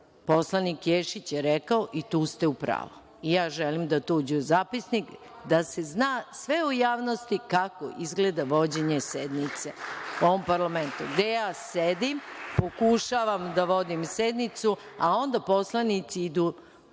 poslanik Ješić je rekao – i tu ste u pravu. I ja želim da to uđe u zapisnik, da se zna sve u javnosti kako izgleda vođenje sednice u ovom parlamentu, gde ja sedim, pokušavam da vodim sednicu, a onda poslanici idu na